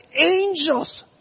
angels